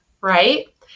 right